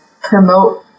promote